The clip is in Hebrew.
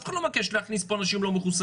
אף אחד לא מבקש להכניס לפה אנשים לא מחוסנים.